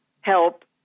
help